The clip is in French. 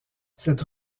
cette